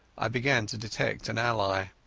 i began to detect an ally.